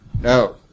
No